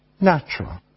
natural